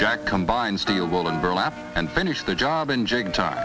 sack combined steel wool and burlap and finish the job inject time